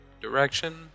direction